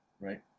right